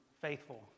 faithful